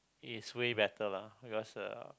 it's way better lah because uh